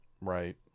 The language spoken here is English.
right